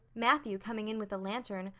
matthew, coming in with a lantern,